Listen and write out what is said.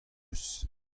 eus